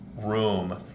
room